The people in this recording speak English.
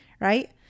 right